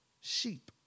Sheep